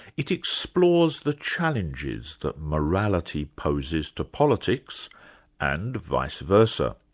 it explores the challenges that morality poses to politics and vice versa.